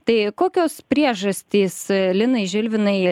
tai kokios priežastys linai žilvinai